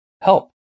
help